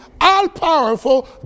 all-powerful